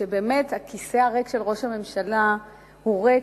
שבאמת הכיסא הריק של ראש הממשלה הוא ריק